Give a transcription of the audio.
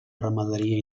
ramaderia